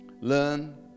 Learn